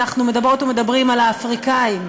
אנחנו מדברות ומדברים על האפריקנים,